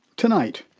tonight,